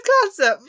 concept